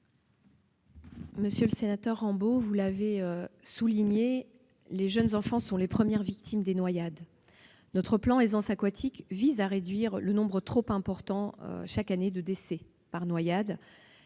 Monsieur le sénateur Rambaud, vous l'avez souligné, les jeunes enfants sont les premières victimes des noyades. Notre plan Aisance aquatique vise à réduire le nombre, trop important, de décès par noyade.